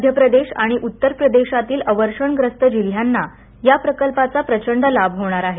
मध्य प्रदेश आणि उत्तर प्रदेशातील अवर्षणग्रस्त जिल्ह्यांना या प्रकल्पाचा प्रचंड लाभ होणार आहे